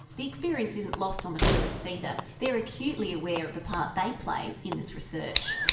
the experience isn't lost on the tourists either, they are acutely aware of the part they play in this research.